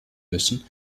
müssen